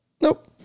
Nope